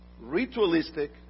ritualistic